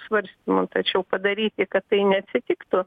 svarstymų tačiau padaryti kad tai neatsitiktų